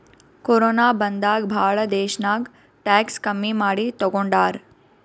corona ಬಂದಾಗ್ ಭಾಳ ದೇಶ್ನಾಗ್ ಟ್ಯಾಕ್ಸ್ ಕಮ್ಮಿ ಮಾಡಿ ತಗೊಂಡಾರ್